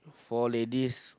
four ladies